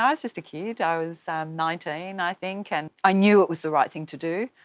i was just a kid, i was nineteen i think, and i knew it was the right thing to do.